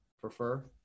prefer